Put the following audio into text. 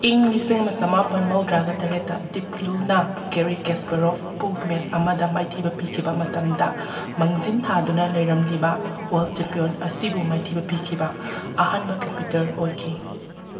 ꯏꯪ ꯂꯤꯁꯤꯡ ꯑꯃ ꯆꯃꯥꯄꯟ ꯃꯧꯗ꯭ꯔꯒ ꯇꯔꯦꯠꯇ ꯗꯤꯞ ꯕ꯭ꯂꯨꯅ ꯒꯦꯔꯤ ꯀꯦꯁꯄꯥꯔꯣꯐꯄꯨ ꯃꯦꯠꯁ ꯑꯃꯗ ꯃꯥꯏꯊꯤꯕ ꯄꯤꯈꯤꯕ ꯃꯇꯝꯗ ꯃꯥꯡꯖꯤꯜ ꯊꯥꯗꯨꯅ ꯂꯩꯔꯝꯂꯤꯕ ꯋꯥꯔꯜ ꯆꯦꯝꯄꯤꯌꯣꯟ ꯑꯁꯤꯕꯨ ꯃꯥꯏꯊꯤꯕ ꯄꯤꯈꯤꯕ ꯑꯍꯥꯟꯕ ꯀꯝꯄ꯭ꯌꯨꯇꯔ ꯑꯣꯏꯈꯤ